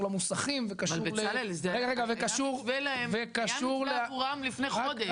למוסכים וקשור --- אבל בצלאל היה מתווה עבורם לפני חודש.